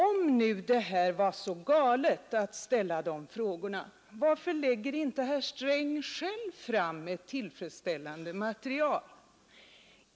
Om det nu var så galet att ställa de frågorna, varför lägger inte herr Sträng själv fram ett tillfredsställande material?